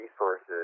resources